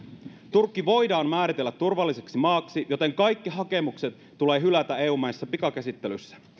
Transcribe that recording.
turkki voidaan määritellä turvalliseksi maaksi joten kaikki hakemukset tulee hylätä eu maissa pikakäsittelyssä